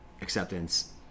acceptance